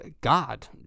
God